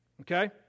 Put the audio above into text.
Okay